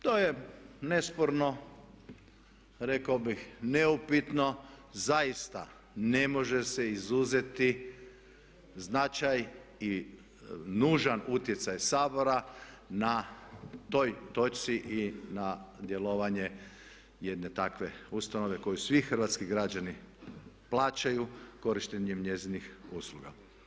To je nesporno, rekao bih neupitno, zaista ne može se izuzeti značaj i nužan utjecaj Sabora na toj točci i na djelovanje jedne takve ustanove koju svi hrvatski građani plaćaju korištenjem njezinih usluga.